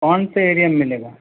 कौनसे एरिया में मिलेगा